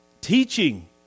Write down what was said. teaching